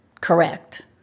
correct